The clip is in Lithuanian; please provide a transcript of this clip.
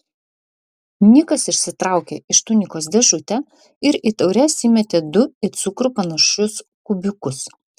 nikas išsitraukė iš tunikos dėžutę ir į taures įmetė du į cukrų panašius kubiukus